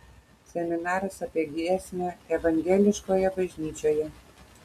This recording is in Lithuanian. seminaras apie giesmę evangeliškoje bažnyčioje